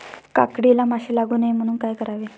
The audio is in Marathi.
काकडीला माशी लागू नये म्हणून काय करावे?